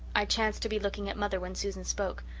i chanced to be looking at mother when susan spoke.